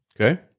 Okay